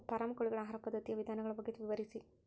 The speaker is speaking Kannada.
ಫಾರಂ ಕೋಳಿಗಳ ಆಹಾರ ಪದ್ಧತಿಯ ವಿಧಾನಗಳ ಬಗ್ಗೆ ವಿವರಿಸಿ?